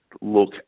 look